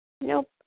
Nope